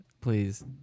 Please